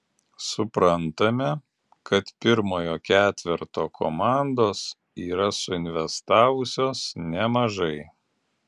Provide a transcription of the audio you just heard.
suprantame kad pirmojo ketverto komandos yra suinvestavusios nemažai